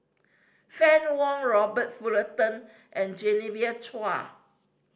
Fann Wong Robert Fullerton and Genevieve Chua